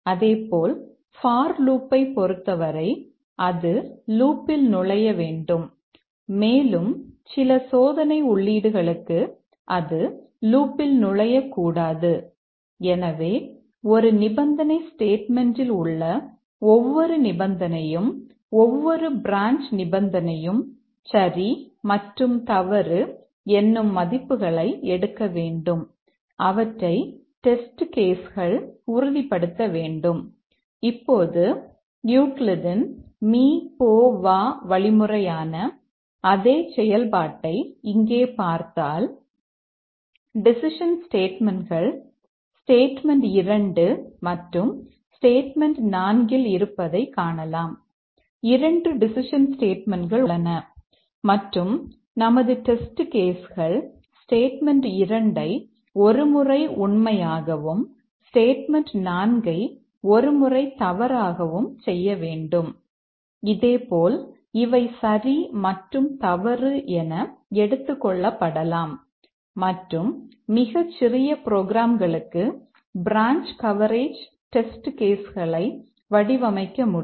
அதேபோல் ஃபார் லூப்பைப் களை வடிவமைக்க முடியும்